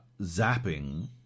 zapping